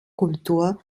kultur